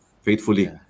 faithfully